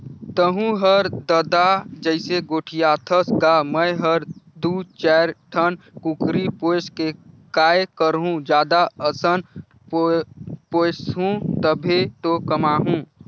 तहूँ हर ददा जइसे गोठियाथस गा मैं हर दू चायर ठन कुकरी पोयस के काय करहूँ जादा असन पोयसहूं तभे तो कमाहूं